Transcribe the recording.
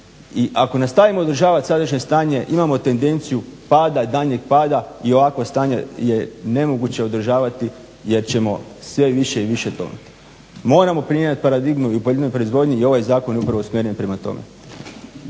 I ako nastavimo održavat sadašnje stanje imamo tendenciju pada, daljnjeg pada i ovakvo stanje je nemoguće održavati jer ćemo sve više i više tonuti. Moramo … paradigmu i u poljoprivrednoj proizvodnji i ovaj zakon je upravo usmjeren prema tome.